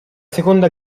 seconda